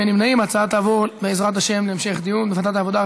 ההצעה להעביר את הנושא לוועדת העבודה,